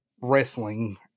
wrestling